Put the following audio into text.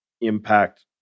impact